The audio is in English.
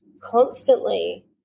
constantly